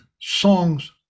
songs